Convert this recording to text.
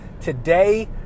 today